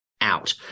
out